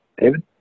David